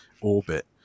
orbit